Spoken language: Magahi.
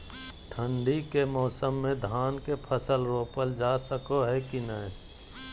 ठंडी के मौसम में धान के फसल रोपल जा सको है कि नय?